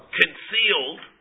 concealed